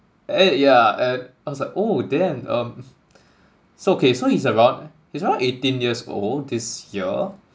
eh yeah and I was like oh damn um so okay so he's around he's around eighteen years old this year